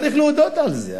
צריך להודות בזה.